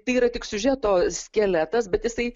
tai yra tik siužeto skeletas bet jisai